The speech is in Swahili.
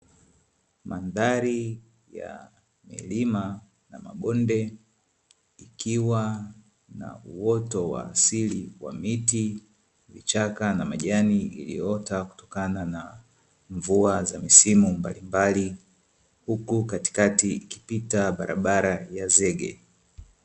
Mandhari ya milima na mabonde ikiwa na uoto wa asili wa miti, vichaka na majani iliyoota kutokana na mvua za misimu mbalimbali huku katikati ikipita barabara ya zege.